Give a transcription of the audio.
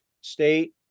State